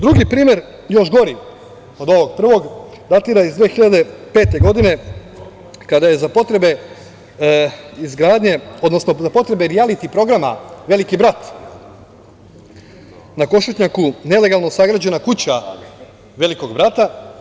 Drugi primer, još gori od ovog prvog, datira iz 2005. godine, kada je za potrebe izgradnje, odnosno za potrebe rijaliti programa „Veliki brat“ na Košutnjaku nelegalno sagrađena kuća „Velikog brata“